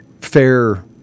fair